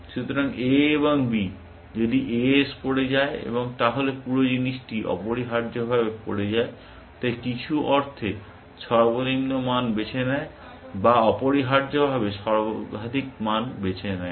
সুতরাং a এবং b যদি a পড়ে যায় এবং তাহলে পুরো জিনিসটি অপরিহার্যভাবে পড়ে যায় তাই কিছু অর্থে সর্বনিম্ন মান বেছে নেয় বা অপরিহার্যভাবে সর্বাধিক মান বেছে নেয়